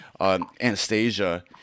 Anastasia